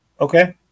Okay